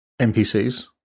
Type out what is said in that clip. npcs